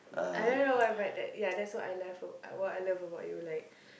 I don't know why but ya that's what I love what I love about you like